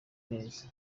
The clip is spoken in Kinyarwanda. neza